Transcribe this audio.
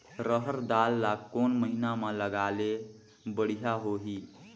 रहर दाल ला कोन महीना म लगाले बढ़िया होही?